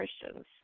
Christians